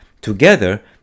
Together